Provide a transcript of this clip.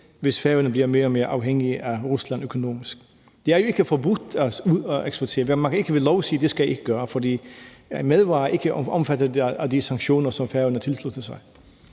hvis Færøerne bliver mere og mere afhængige af Rusland økonomisk. Det er jo ikke forbudt at eksportere. Man kan ikke ved lov sige, at det skal vi ikke gøre, for madvarer er ikke omfattet af de sanktioner, som Færøerne tilsluttede sig.